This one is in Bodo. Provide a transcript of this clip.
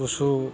गुसु